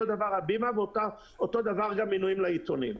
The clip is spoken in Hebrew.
אותו דבר הבימה, ואותו דבר גם מינויים לעיתונים.